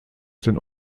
den